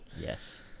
Yes